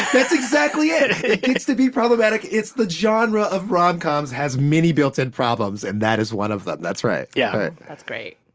that's exactly it. it gets to be problematic. it's the genre of rom-coms has many built-in problems, and that is one of them. that's right yeah that's great.